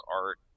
art